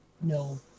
no